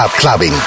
clubbing